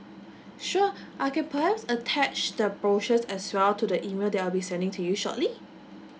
sure I can perhaps attach the brochures as well to the email that I'll be sending to you shortly